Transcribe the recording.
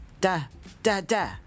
da-da-da